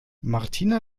martina